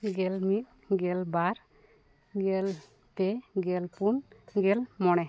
ᱜᱮᱞ ᱢᱤᱫ ᱜᱮᱞ ᱵᱟᱨ ᱜᱮᱞ ᱯᱮ ᱜᱮᱞ ᱯᱩᱱ ᱜᱮᱞ ᱢᱚᱬᱮ